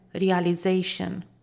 realization